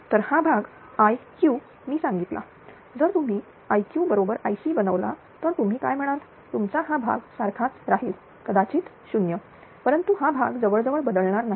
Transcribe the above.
तर हा भाग iq मी सांगितला जर तुम्ही iq बरोबर ic बनवला तर तुम्ही काय म्हणाल तुमचा हा भाग सारखाच राहील कदाचित 0 परंतु हा भाग जवळजवळ बदलणार नाही